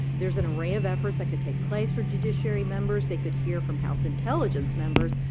there is an array of efforts that could take place for judiciary members. they could hear from house intelligence members,